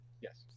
Yes